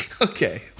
Okay